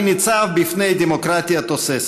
אני ניצב לפני דמוקרטיה תוססת.